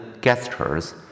gestures